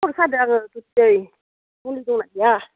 खर' सादों आङो आइदै मुलि दंना गैया